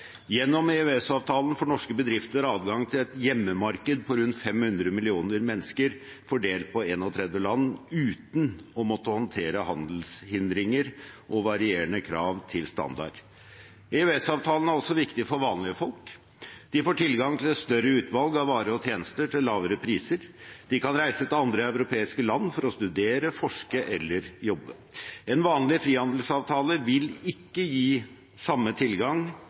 Gjennom EØS-avtalen får norske bedrifter adgang til et hjemmemarked på rundt 500 millioner mennesker fordelt på 31 land, uten å måtte håndtere handelshindringer og varierende krav til standard. EØS-avtalen er også viktig for vanlige folk. De får tilgang til et større utvalg av varer og tjenester til lavere priser. De kan reise til andre europeiske land for å studere, forske eller jobbe. En vanlig frihandelsavtale vil ikke gi samme tilgang